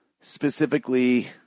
Specifically